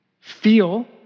feel